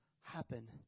happen